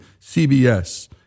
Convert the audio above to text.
CBS